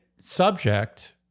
subject